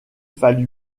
fallut